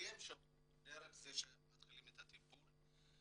מתרגם ודרך זה מתחילים את הטיפול.